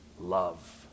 love